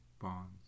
bonds